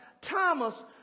Thomas